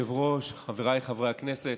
אדוני היושב-ראש, חבריי חברי הכנסת,